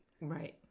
Right